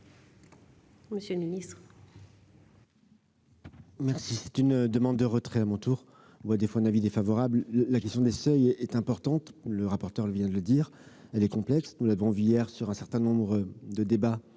monsieur le ministre,